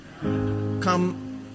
come